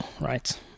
right